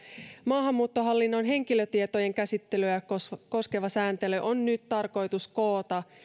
maahanmuuttohallinnon henkilötietojen käsittelyä koskeva koskeva sääntely on nyt tarkoitus koota